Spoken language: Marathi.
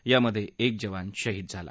या मध्ये एक जवान शहिद झाला